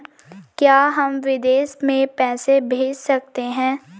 क्या हम विदेश में पैसे भेज सकते हैं?